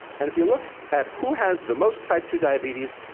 and if you look at who has the most type two diabetes,